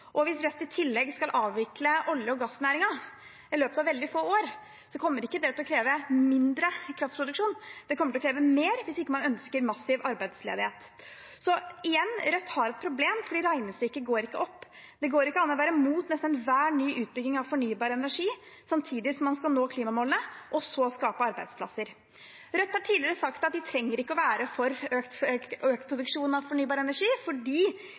Hvis Rødt i tillegg skal avvikle olje- og gassnæringen i løpet av veldig få år, kommer ikke det til å kreve mindre kraftproduksjon, det kommer til å kreve mer – hvis man ikke ønsker massiv arbeidsledighet. Igjen: Rødt har et problem, for regnestykket går ikke opp. Det går ikke an å være imot nesten enhver ny utbygging av fornybar energi samtidig som man skal nå klimamålene og så skape arbeidsplasser. Rødt har tidligere sagt at de ikke trenger å være for økt produksjon av fornybar energi, fordi